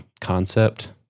concept